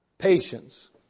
Patience